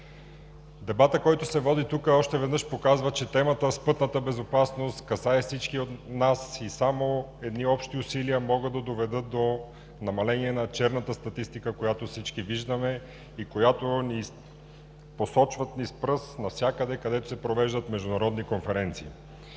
Дебатът, който се води тук, още веднъж показва, че темата с пътната безопасност касае всички нас и само едни общи усилия могат да доведат до намаление на черната статистика, която всички виждаме и за която ни сочат с пръст навсякъде, където се провеждат международни конференции.